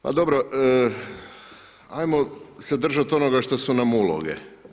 Pa dobro, ajmo se držat onoga što su nam uloge.